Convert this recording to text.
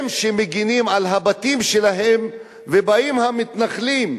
הם שמגינים על הבתים שלהם, ובאים המתנחלים,